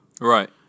Right